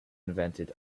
invented